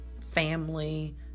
family